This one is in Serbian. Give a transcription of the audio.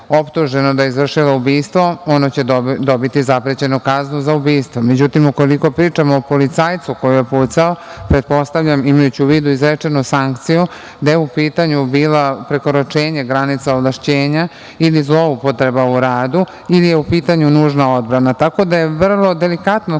da je izvršilo ubistvo ono će dobiti zaprećenu kaznu za ubistvo.Međutim, ukoliko pričamo o policajcu koji je pucao, pretpostavljam imajući u vidu izrečenu sankciju, da je u pitanju bilo prekoračenje granica ovlašćenja ili zloupotreba u radu ili je u pitanju nužna odbrana. Tako da je vrlo delikatno